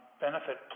benefit